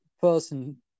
person